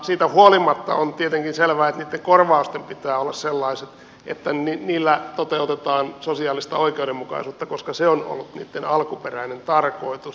siitä huolimatta on tietenkin selvää että niitten korvausten pitää olla sellaiset että niillä toteutetaan sosiaalista oikeudenmukaisuutta koska se on ollut niitten alkuperäinen tarkoitus